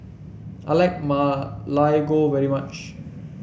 I like Ma Lai Gao very much